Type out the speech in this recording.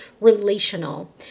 relational